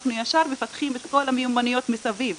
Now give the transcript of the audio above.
אנחנו ישר מפתחים את כל המיומנויות מסביב,